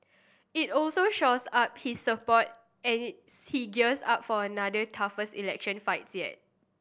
it also shores up his support as he gears up for another toughest election fights yet